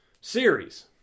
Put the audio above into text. series